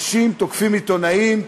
אנשים תוקפים עיתונאים,